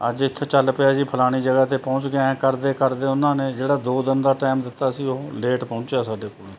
ਅੱਜ ਇੱਥੋਂ ਚੱਲ ਪਿਆ ਜੀ ਫਲਾਣੀ ਜਗ੍ਹਾ 'ਤੇ ਪਹੁੰਚ ਗਿਆ ਐਂ ਕਰਦੇ ਕਰਦੇ ਉਨ੍ਹਾਂ ਨੇ ਜਿਹੜਾ ਦੋ ਦਿਨ ਦਾ ਟੈਮ ਦਿੱਤਾ ਸੀ ਉਹ ਲੇਟ ਪਹੁੰਚਿਆ ਸਾਡੇ ਕੋਲ